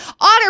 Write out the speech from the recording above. Otter